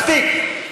מספיק.